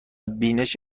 بینش